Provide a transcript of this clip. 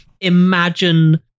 Imagine